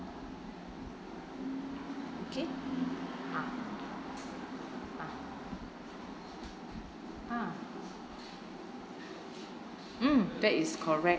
okay ah ah ah mm that is correct